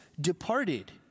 departed